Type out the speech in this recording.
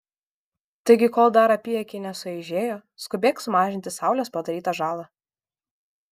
taigi kol dar apyakiai nesueižėjo skubėk sumažinti saulės padarytą žalą